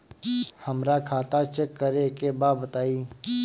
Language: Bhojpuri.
हमरा खाता चेक करे के बा बताई?